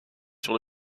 sur